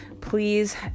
Please